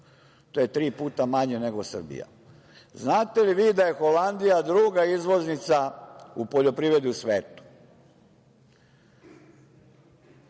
to je tri puta manje nego Srbija. Znate li vi da je Holandija druga izvoznica u poljoprivredi u svetu?